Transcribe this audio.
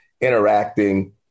interacting